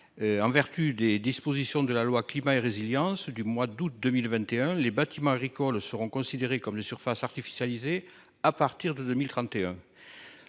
En vertu des dispositions de la loi Climat et résilience du mois d'août 2021, les bâtiments agricoles seront considérés comme des surfaces artificialisées à partir de 2031.